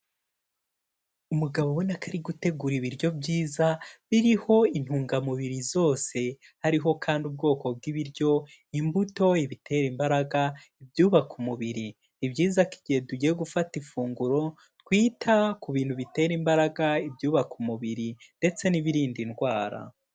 Umugabo ubona ko ari gutegura ibiryo byiza, biriho intungamubiri zose, hariho kandi ubwoko bw'ibiryo imbuto, ibitera imbaraga, ibyubaka umubiri, ni byiza ko igihe tugiye gufata ifunguro twita ku bintu bitera imbaraga, ibyubaka umubiri ndetse n'ibirinda indwara.